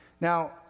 Now